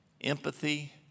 empathy